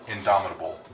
Indomitable